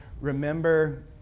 Remember